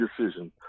decision